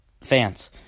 fans